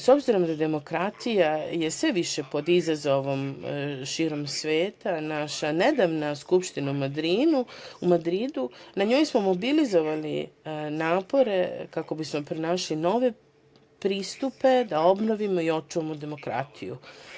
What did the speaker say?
S obzirom da je demokratija sve više pod izazovom širom sveta, naša nedavna Skupština u Madridu, na njoj smo mobilizovali napore kako bismo pronašli nove pristupe da obnovimo i očuvamo demokratiju.